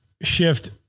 shift